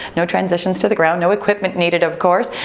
no transitions to the ground, no equipment needed of course.